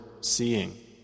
seeing